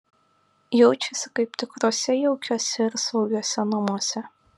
jaučiasi kaip tikruose jaukiuose ir saugiuose namuose